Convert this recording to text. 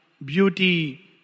beauty